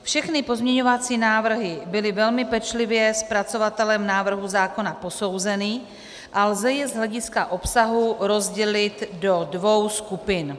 Všechny pozměňovací návrhy byly velmi pečlivě zpracovatelem návrhu zákona posouzeny a lze je z hlediska obsahu rozdělit do dvou skupin.